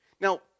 Now